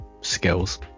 skills